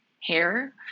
hair